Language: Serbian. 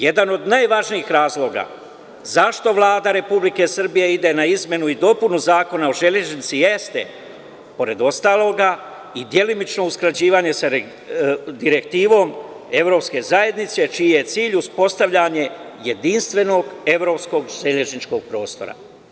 Jedan od najvažnijih razloga zašto Vlada Republike Srbije ide na izmenu i dopunu Zakona o železnici jeste, pored ostalog i delimično usklađivanje sa direktivom Evropske zajednice, čiji je cilj uspostavljanje jedinstvenog, evropskog, železničkog prostora.